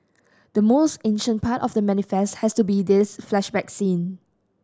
the most ancient part of The Manifest has to be this flashback scene